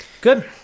Good